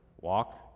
walk